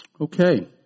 Okay